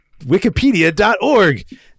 wikipedia.org